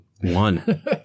One